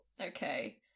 Okay